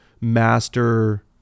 master